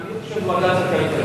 אני חושב, ועדת הכלכלה.